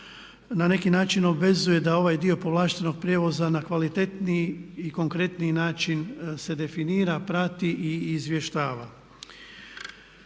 na neki način obvezuje da ovaj dio povlaštenog prijevoza na kvalitetniji i konkretniji način se definira, prati i izvještava.